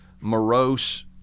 morose